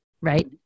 right